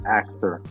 actor